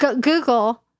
Google